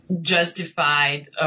justified